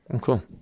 cool